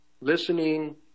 listening